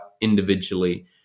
individually